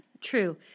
true